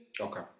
Okay